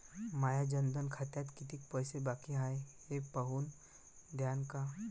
माया जनधन खात्यात कितीक पैसे बाकी हाय हे पाहून द्यान का?